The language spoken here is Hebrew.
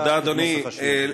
תודה, אדוני.